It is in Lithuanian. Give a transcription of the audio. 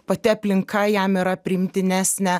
pati aplinka jam yra priimtinesnė